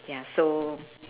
ya so